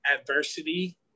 adversity